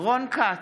רון כץ,